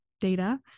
data